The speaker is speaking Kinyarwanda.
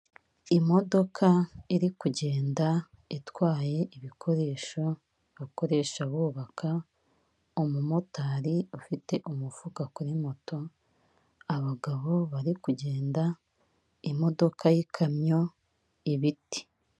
Imodoka iri kugenda itwaye ibikoresho bakoresha bubaka, umumotari ufite umufuka kuri moto, abagabo bari kugenda, imodoka y'ikamyo, ibiti.